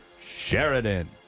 Sheridan